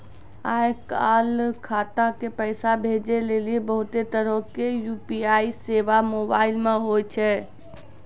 आय काल खाता से पैसा भेजै लेली बहुते तरहो के यू.पी.आई सेबा मोबाइल मे होय छै